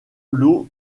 l’eau